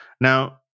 Now